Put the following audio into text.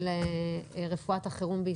שבכל מקרה זה יהיה בחוק נפרד,